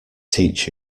teach